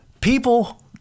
People